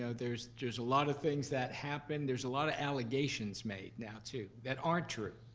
so there's there's a lot of things that happen. there's a lot of allegations made now too, that aren't true.